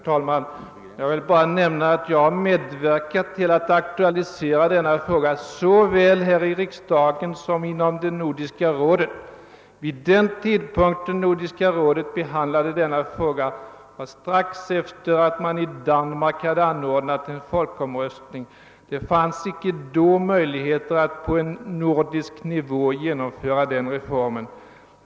Herr talman! Jag vill bara nämna att jag har medverkat till att aktualisera frågan om en sänkning av rösträttsåldern till 18 år såväl här i riksdagen som inom Nordiska rådet. Nordiska rådet behandlade frågan strax efter det att det hade hållits en folkomröstning i Danmark, och det var uppenbart att det då inte fanns någon möjlighet att genomföra reformen på nordisk nivå.